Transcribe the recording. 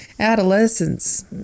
adolescence